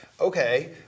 okay